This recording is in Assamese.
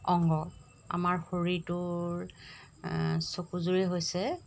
অংগ আমাৰ শৰীৰটোৰ চকুযোৰেই হৈছে